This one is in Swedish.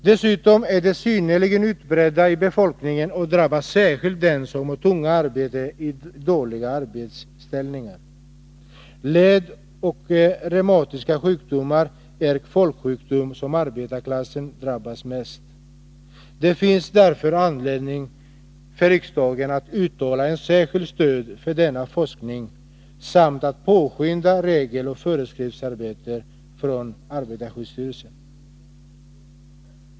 Dessutom är de synnerligen utbredda i befolkningen och drabbar särskilt dem som har tunga arbeten i dåliga arbetsställningar. Ledsjukdomar och reumatiska sjukdomar är folksjukdomar, som arbetarklassen mest . drabbas av. Det finns därför anledning för riksdagen att uttala ett särskilt stöd för denna forskning samt att påskynda regeloch föreskriftsarbetet från arbetarskyddsstyrelsen.